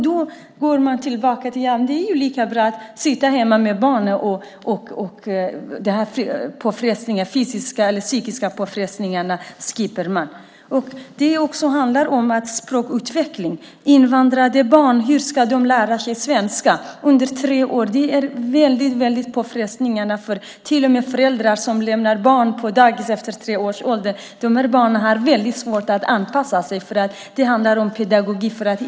Då går man tillbaka till att det är lika bra att sitta hemma med barnen och slippa de fysiska och psykiska påfrestningarna. Det handlar också om språkutveckling. Hur ska invandrade barn lära sig svenska under dessa tre år? Det är väldigt påfrestande. När föräldrar lämnar barn på dagis efter tre år har dessa barn väldigt svårt att anpassa sig. Det handlar om pedagogik.